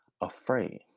afraid